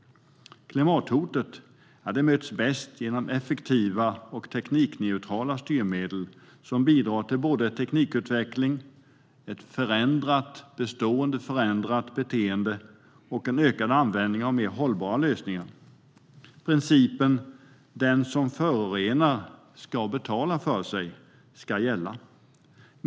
Klimathotet möts bäst genom effektiva och teknikneutrala styrmedel som bidrar till både teknikutveckling, ett bestående förändrat beteende och en ökad användning av mer hållbara lösningar. Principen att den som förorenar ska betala för sig ska gälla.